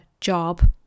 job